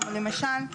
כמו למשל,